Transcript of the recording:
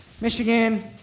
Michigan